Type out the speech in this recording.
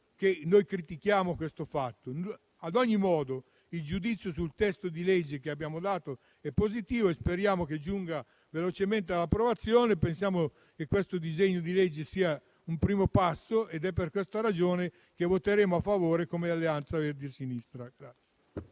sono motivate da tali ragioni. Ad ogni modo il giudizio sul testo di legge che abbiamo dato è positivo e speriamo che giunga velocemente all'approvazione. Pensiamo che questo disegno di legge sia un primo passo ed è per questa ragione che il Gruppo Alleanza Verdi e Sinistra esprimerà